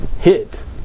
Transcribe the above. hit